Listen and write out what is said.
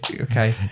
Okay